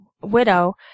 widow